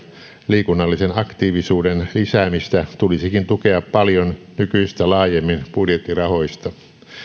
liikunnallisen aktiivisuuden lisäämistä tulisikin tukea paljon nykyistä laajemmin budjettirahoista